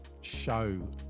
show